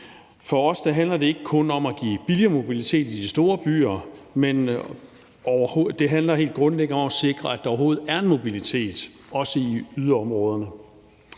For os handler det ikke kun om at give billigere mobilitet i store byer, men det handler helt grundlæggende om at sikre, at der overhovedet er mobilitet også i yderområderne.